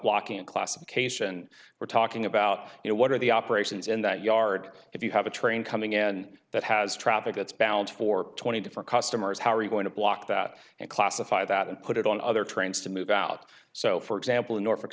blocking and classification we're talking about you know what are the operations in that yard if you have a train coming and that has traffic that's bound for twenty different customers how are you going to block that and classify that and put it on other trains to move out so for example in norfolk